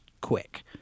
quick